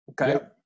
Okay